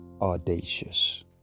audacious